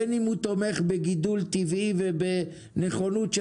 בין אם הוא תומך בגידול טבעי ובנכונות של